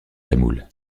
tamoul